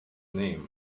name